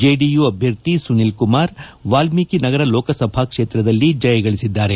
JDU ಅಭ್ಯರ್ಥಿ ಸುನೀಲ್ ಕುಮಾರ್ ವಾಲ್ಮೀಕಿ ನಗರ ಲೋಕಸಭಾ ಕ್ಷೇತ್ರದಲ್ಲಿ ಜಯಗಳಿಸಿದ್ದಾರೆ